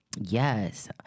Yes